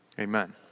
amen